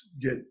get